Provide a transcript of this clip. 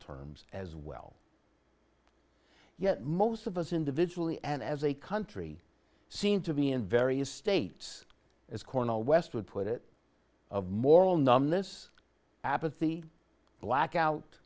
terms as well yet most of us individually and as a country seem to be in various states as cornel west would put it of moral numbness apathy blackout